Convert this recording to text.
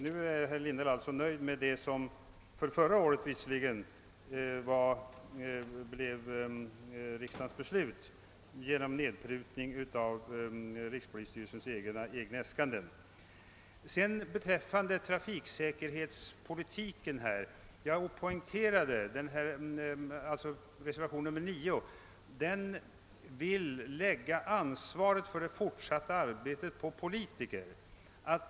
Nu är herr Lindahl alltså nöjd med det som blev riksdagens beslut efter nedprutning av rikspolisstyrelsens egna äskanden. Beträffande trafiksäkerhetspolitiken poängterade jag att reservationen 9 vill lägga ansvaret för det fortsatta arbetet på politiker.